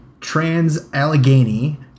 Trans-Allegheny